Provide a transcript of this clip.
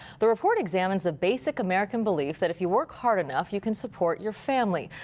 the report examines the basic american belief that if you work hard enough you can support your family.